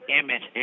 image